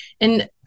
And-